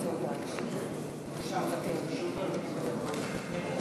הצעת סיעת יש עתיד להביע אי-אמון בממשלה לא נתקבלה.